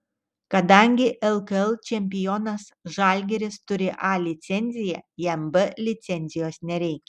kadangi lkl čempionas žalgiris turi a licenciją jam b licencijos nereikia